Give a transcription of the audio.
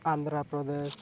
Andhra Pradesh